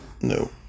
No